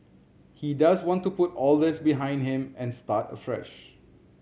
he does want to put all this behind him and start afresh